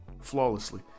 Flawlessly